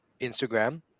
Instagram